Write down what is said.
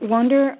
Wonder